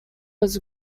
was